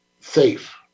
safe